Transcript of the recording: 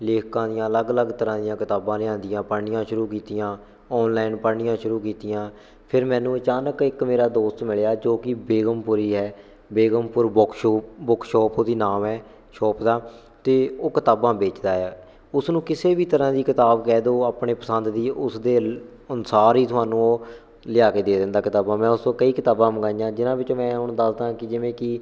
ਲੇਖਕਾਂ ਦੀਆਂ ਅਲੱਗ ਅਲੱਗ ਤਰ੍ਹਾਂ ਦੀਆਂ ਕਿਤਾਬਾਂ ਲਿਆਂਦੀਆਂ ਪੜਨੀਆਂ ਸ਼ੁਰੂ ਕੀਤੀਆਂ ਔਨਲਾਈਨ ਪੜ੍ਹਨੀਆਂ ਸ਼ੁਰੂ ਕੀਤੀਆਂ ਫ਼ਿਰ ਮੈਨੂੰ ਅਚਾਨਕ ਇੱਕ ਮੇਰਾ ਦੋਸਤ ਮਿਲਿਆ ਜੋ ਕਿ ਬੇਗਮਪੁਰੀ ਹੈ ਬੇਗਮਪੁਰ ਬੋਕਸ਼ੋ ਬੁਕ ਸ਼ੌਪ ਉਹਦੀ ਨਾਮ ਹੈ ਸ਼ੋਪ ਦਾ ਅਤੇ ਉਹ ਕਿਤਾਬਾਂ ਵੇਚਦਾ ਆ ਉਸ ਨੂੰ ਕਿਸੇ ਵੀ ਤਰ੍ਹਾਂ ਦੀ ਕਿਤਾਬ ਕਹਿ ਦਿਓ ਉਹ ਆਪਣੇ ਪਸੰਦ ਦੀ ਉਸ ਦੇ ਲ ਅਨੁਸਾਰ ਹੀ ਤੁਹਾਨੂੰ ਉਹ ਲਿਆ ਕੇ ਦੇ ਦਿੰਦਾ ਕਿਤਾਬਾਂ ਮੈਂ ਉਸ ਤੋਂ ਕਈ ਕਿਤਾਬਾਂ ਮੰਗਾਈਆਂ ਜਿਨ੍ਹਾਂ ਵਿੱਚ ਮੈਂ ਹੁਣ ਦੱਸਦਾ ਕਿ ਜਿਵੇਂ ਕਿ